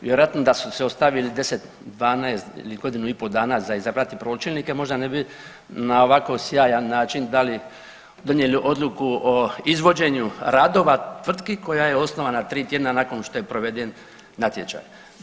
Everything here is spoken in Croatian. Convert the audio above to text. Vjerojatno da su se ostavili 10, 12 ili godinu i pol dana za izabrati pročelnike možda ne bi na ovako sjajan način dali, donijeli Odluku o izvođenju radova tvrtki koja je osnovana tri tjedna nakon što je proveden natječaj.